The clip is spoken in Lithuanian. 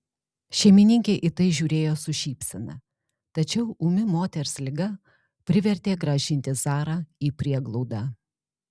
šeimininkė į tai žiūrėjo su šypsena tačiau ūmi moters liga privertė grąžinti zarą į prieglaudą